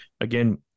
again